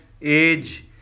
age